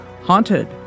Haunted